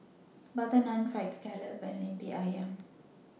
Butter Naan Fried Scallop and Lemper Ayam